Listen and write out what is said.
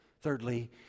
Thirdly